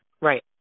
Right